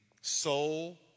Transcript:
soul